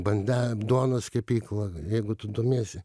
bande duonos kepyklą jeigu tu domiesi